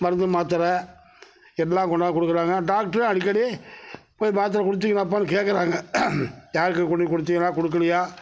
மருந்து மாத்தரை எல்லாம் கொண்டாந்து கொடுக்குறாங்க டாக்டரும் அடிக்கடி போய் மாத்தரை கொடுத்திங்களாப்பான் கேட்கறாங்க யாருக்கு கொண்டு கொடுத்திங்களா கொடுக்கலயா